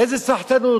איזו סחטנות?